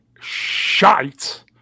shite